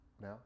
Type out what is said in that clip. now